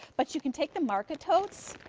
but you can take the market totes,